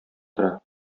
тора